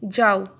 যাও